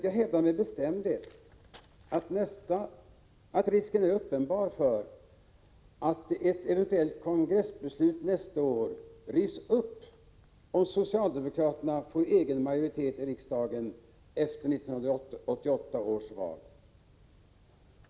Jag hävdar med bestämdhet att risken är uppenbar för att ett eventuellt kongressbeslut nästa år rivs upp, om socialdemokraterna får egen majoritet i riksdagen efter 1988 års val.